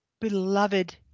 beloved